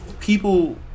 people